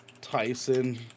Tyson